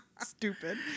stupid